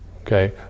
Okay